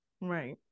Right